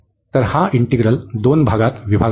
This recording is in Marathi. तर हा इंटिग्रल दोन भागात विभागला आहे